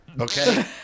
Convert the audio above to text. okay